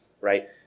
right